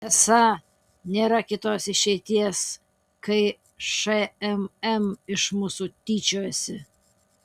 esą nėra kitos išeities kai šmm iš mūsų tyčiojasi